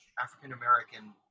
African-American